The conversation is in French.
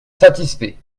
satisfait